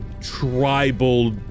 tribal